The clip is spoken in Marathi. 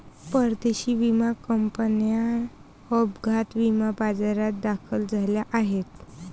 परदेशी विमा कंपन्या अपघात विमा बाजारात दाखल झाल्या आहेत